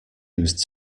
used